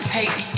take